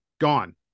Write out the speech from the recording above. gone